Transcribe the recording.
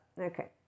Okay